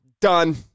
done